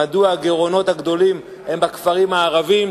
מדוע הגירעונות הגדולים הם בכפרים הערביים,